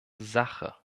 sache